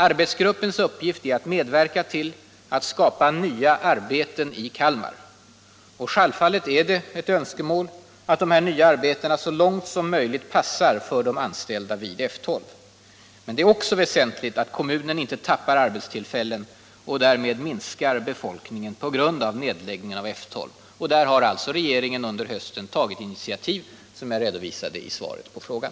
Arbetsgruppens uppgift är att medverka till att skapa nya arbeten i Kalmar. Självfallet är det ett önskemål att de här nya arbetena så långt som möjligt passar för de anställda vid F 12. Men det är också väsentligt att kommunen inte tappar arbetstillfällen och därmed minskar befolkningen på grund av nedläggningen av F 12. Där har alltså regeringen under hösten tagit initiativ, som jag redovisade i mitt svar på frågan.